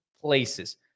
places